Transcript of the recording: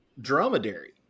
Dromedary